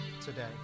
today